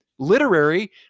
literary